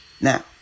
Now